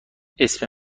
اسم